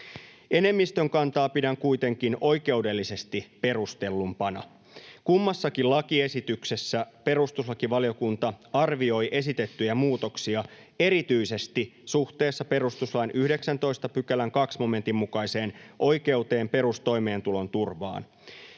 Enemmistön kantaa pidän kuitenkin oikeudellisesti perustellumpana. Kummassakin lakiesityksessä perustuslakivaliokunta arvioi esitettyjä muutoksia erityisesti suhteessa perustuslain 19 §:n 2 momentin mukaiseen oikeuteen perustoimeentulon turvaan.